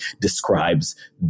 describes